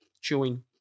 chewing